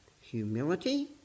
humility